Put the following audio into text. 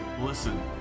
Listen